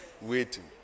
waiting